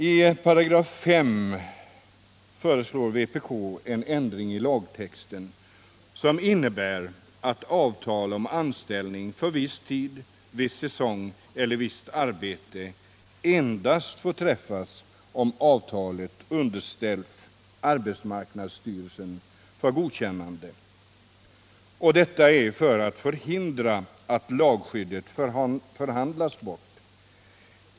I 5§ föreslår vpk en ändring i lagtexten som innebär att avtal om anställning för viss tid, viss säsong eller visst arbete endast får träffas om avtalet underställts arbetsmarknadsstyrelsen för godkännande — detta för att förhindra att lagskyddet förhandlas bort.